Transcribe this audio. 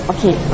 Okay